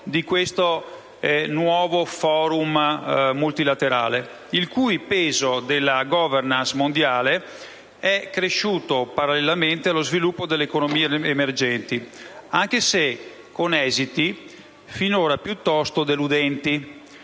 di questo nuovo *Forum* multilaterale, il cui peso nella *governance* mondiale è cresciuto parallelamente allo sviluppo delle economie emergenti, anche se con esiti finora piuttosto deludenti.